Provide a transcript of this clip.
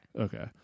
Okay